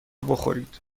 بخورید